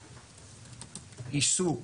לצערי, העיסוק